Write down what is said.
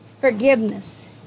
Forgiveness